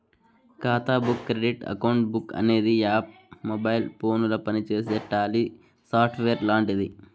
ఖాతా book credit account book అనే app mobile ఫోనుల పనిచేసే టాలీ సాఫ్ట్వేర్ లాంటిది